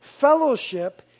fellowship